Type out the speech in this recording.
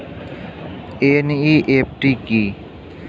NEFT কি?